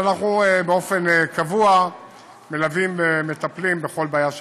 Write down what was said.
אבל אנחנו באופן קבוע מלווים ומטפלים בכל בעיה שנוצרת.